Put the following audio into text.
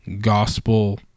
gospel